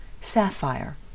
sapphire